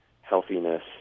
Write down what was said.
healthiness